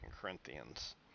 Corinthians